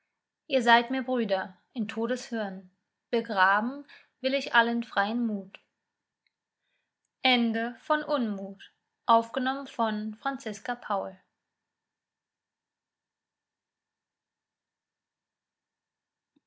ihr seid mir brüder in todes hirn begraben will ich allen freien mut